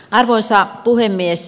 arvoisa puhemies